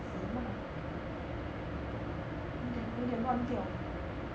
有吗我有点有点乱掉了